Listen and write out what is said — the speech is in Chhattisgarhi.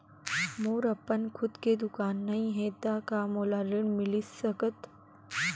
मोर अपन खुद के दुकान नई हे त का मोला ऋण मिलिस सकत?